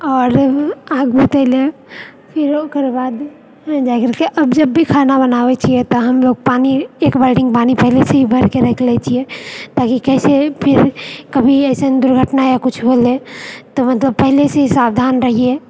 आओर आग बुतेलै फिर ओकर बाद जाए करके अब जब भी खाना बनाबै छियै तऽ हमलोग पानी एक बाल्टीन पानी पहिले से ही भरिके राखि लै छियै ताकि काल्हि से फिर कभी अइसन दुर्घटना या फिर किछु होलै तऽ मतलब पहिले से ही सावधान रहियै